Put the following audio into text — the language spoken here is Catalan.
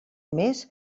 mes